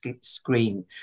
screen